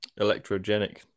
electrogenic